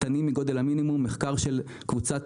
קטנים מגודל המינימום מחקר של קבוצת